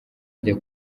ajya